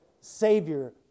Savior